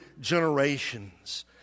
generations